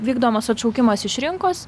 vykdomas atšaukimas iš rinkos